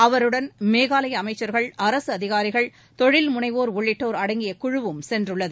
அவருடன் மேகாலய அமைச்சர்கள் அரசு அதிகாரிகள் தொழில்முனைவோர் உள்ளிட்டோர் அடங்கிய குழுவும் சென்றுள்ளது